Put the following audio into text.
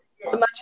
Imagine